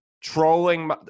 trolling